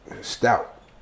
stout